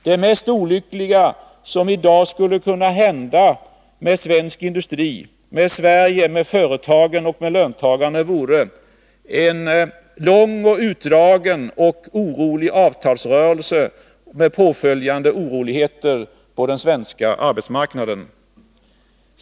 Det mest olyckliga som i dag skulle kunna hända för svensk industri, för Sverige, för företagen och för löntagarna, vore en utdragen och orolig avtalsrörelse med åtföljande oroligheter på den svenska arbetsmarknaden.